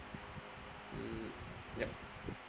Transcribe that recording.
mm yup